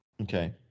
Okay